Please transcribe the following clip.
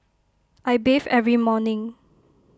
I bathe every morning